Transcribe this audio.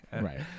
Right